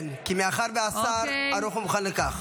כן, מאחר שהשר ערוך ומוכן לכך.